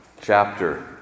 chapter